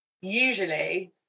usually